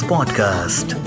Podcast